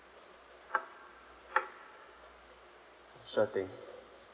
sure thing